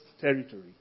territory